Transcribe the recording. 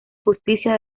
justicia